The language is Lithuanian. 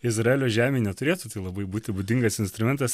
izraelio žemė neturėtų tai labai būti būdingas instrumentas